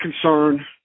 concern